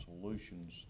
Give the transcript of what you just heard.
solutions